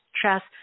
trust